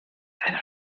einer